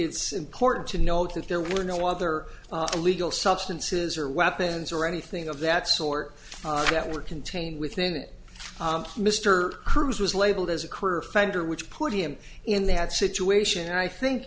it's important to note that there were no other illegal substances or weapons or anything of that sort that were contained within it mr cruz was labeled as a career offender which put him in that situation and i think